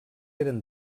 eren